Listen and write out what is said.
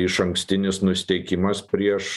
išankstinis nusiteikimas prieš